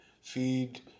feed